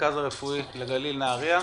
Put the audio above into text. המרכז הרפואי לגליל נהריה.